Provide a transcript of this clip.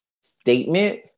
statement